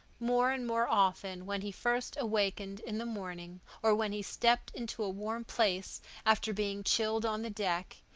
more and more often, when he first wakened in the morning or when he stepped into a warm place after being chilled on the deck,